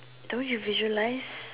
don't you visualise